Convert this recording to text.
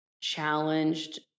challenged